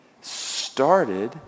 started